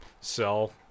sell